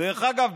דרך אגב,